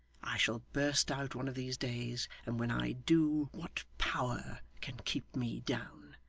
i shall burst out one of these days, and when i do, what power can keep me down?